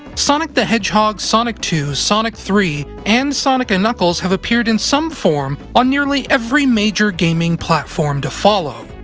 sonic the hedgehog, sonic two, sonic three, and sonic and knuckles have appeared in some form on nearly every major gaming platform to follow.